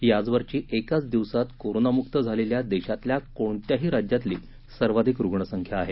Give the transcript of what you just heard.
ही आजवरची एकाच दिवसात करोनामुक्त झालेल्या देशातल्या कोणत्याही राज्यातली सर्वाधिक रुग्णसंख्या आहे